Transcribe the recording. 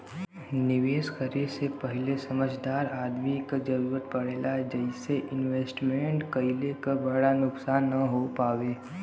निवेश करे से पहिले समझदार आदमी क जरुरत पड़ेला जइसे इन्वेस्टमेंट कइले क बड़ा नुकसान न हो पावे